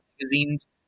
magazines